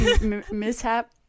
mishap